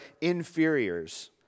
inferiors